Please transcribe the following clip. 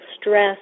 stress